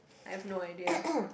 I've no idea